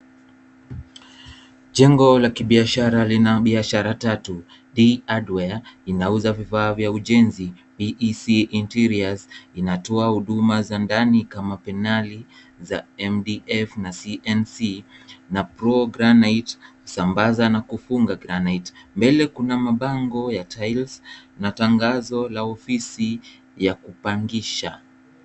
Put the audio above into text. Jengo la kibiashara lina biashara tatu, D hardware inauza vifaa vya ujenzi, PEC interiors inatoa huduma za ndani kama penali za MDF na CNC na pro granite husambaza na kufunga granite . Mbele kuna mabango ya tiles na tangazo la ofisi ya kupangisha.